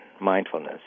mindfulness